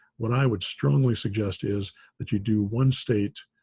what i would strongly suggest is that you do one state,